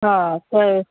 हा सही